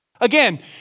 Again